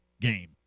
game